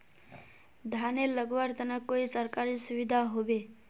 धानेर लगवार तने कोई सरकारी सुविधा होबे?